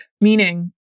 meaning